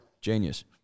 Genius